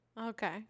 Okay